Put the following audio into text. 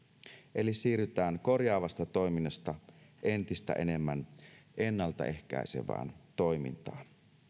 eli siirrytään korjaavasta toiminnasta entistä enemmän ennaltaehkäisevään toimintaan